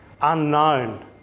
unknown